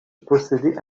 possédait